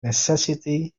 necessity